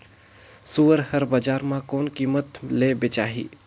सुअर हर बजार मां कोन कीमत ले बेचाही?